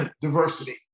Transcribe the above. diversity